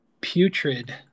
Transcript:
Putrid